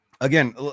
Again